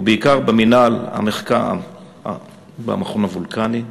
ובעיקר במינהל המחקר במכון וולקני,